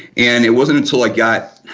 and it wasn't until i got